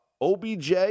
OBJ